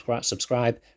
subscribe